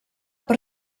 per